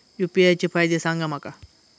UPI चे फायदे सांगा माका?